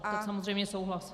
Tak samozřejmě souhlas.